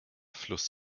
fluss